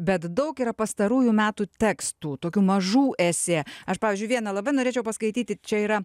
bet daug yra pastarųjų metų tekstų tokių mažų esė aš pavyzdžiui vieną labai norėčiau paskaityti čia yra